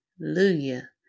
Hallelujah